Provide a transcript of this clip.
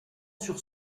sur